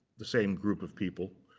the same group of people,